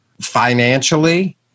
financially